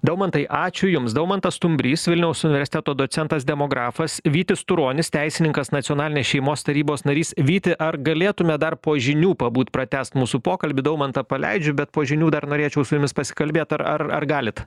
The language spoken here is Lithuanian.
daumantai ačiū jums daumantas stumbrys vilniaus universiteto docentas demografas vytis turonis teisininkas nacionalinės šeimos tarybos narys vyti ar galėtumėt dar po žinių pabūt pratęst mūsų pokalbį daumantą paleidžiu bet po žinių dar norėčiau su jumis pasikalbėt ar ar galit